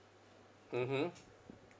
mmhmm